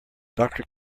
doctor